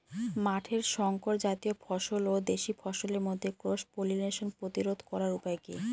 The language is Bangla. মাঠের শংকর জাতীয় ফসল ও দেশি ফসলের মধ্যে ক্রস পলিনেশন প্রতিরোধ করার উপায় কি?